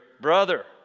brother